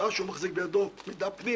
בזה: הראשון הוא בחינת סוג ניגוד העניינים,